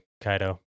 kaido